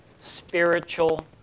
spiritual